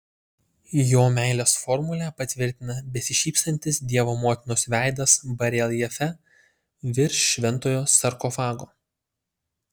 jo meilės formulę patvirtina besišypsantis dievo motinos veidas bareljefe virš šventojo sarkofago